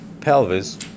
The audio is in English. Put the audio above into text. pelvis